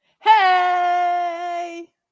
Hey